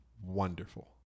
Wonderful